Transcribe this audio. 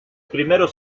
primeros